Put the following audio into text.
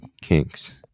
kinks